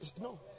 No